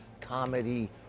comedy